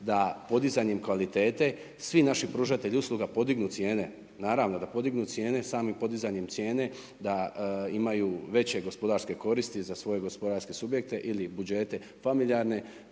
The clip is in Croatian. da podizanjem kvalitete svi naši pružatelji usluga podignu cijene. Naravno, da podignu cijene, samim podizanjem cijene da imaju veće gospodarske koristi za svoje gospodarske subjekte ili budžete familijarne